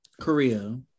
korea